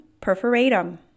perforatum